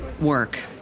work